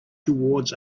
towards